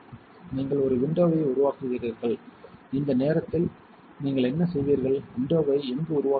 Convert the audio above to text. நீங்கள் ஒரு விண்டோவை உருவாக்குகிறீர்கள் இந்த நேரத்தில் நீங்கள் என்ன செய்வீர்கள் விண்டோவை எங்கு உருவாக்குவீர்கள்